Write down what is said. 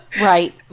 Right